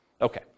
Okay